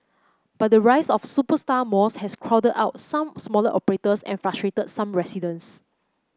but the rise of superstar malls has crowded out some smaller operators and frustrated some residents